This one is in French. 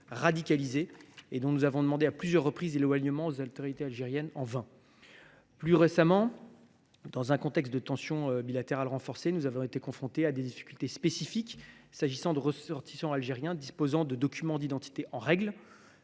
radicalisé, et dont nous avions demandé l’éloignement à plusieurs reprises, en vain, aux autorités algériennes. Plus récemment, dans un contexte de tensions bilatérales renforcées, nous avons été confrontés à des difficultés spécifiques concernant des ressortissants algériens disposant de documents d’identité en règle,